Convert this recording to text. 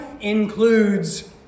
includes